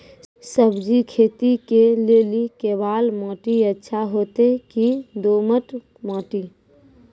सब्जी खेती के लेली केवाल माटी अच्छा होते की दोमट माटी?